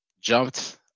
jumped